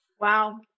wow